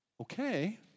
Okay